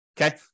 Okay